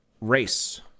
Race